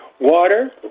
Water